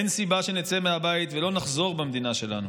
אין סיבה שנצא מהבית ולא נחזור במדינה שלנו.